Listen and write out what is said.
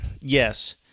yes